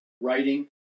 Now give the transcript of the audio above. writing